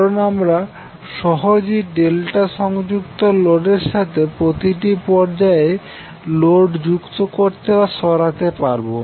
কারণ আমরা সহজেই ∆ সংযুক্ত লোডের সাথে প্রতিটি পর্যায়ে লোড যুক্ত করতে বা সরাতে পারবো